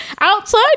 Outside